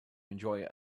enjoy